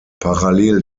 parallel